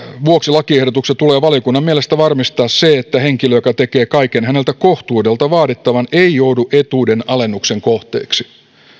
vuoksi lakiehdotuksessa tulee valiokunnan mielestä varmistaa se että henkilö joka tekee kaiken häneltä kohtuudella vaadittavan ei joudu etuuden alennuksen kohteeksi